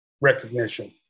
recognition